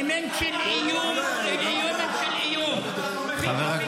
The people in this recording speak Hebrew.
אלמנט של איום --- איימן --- אתה תומך בחמאס